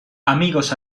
amigos